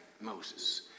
Moses